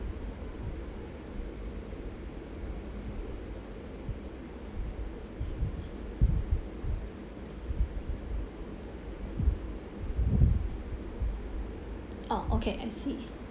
oh okay I see